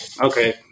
Okay